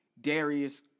Darius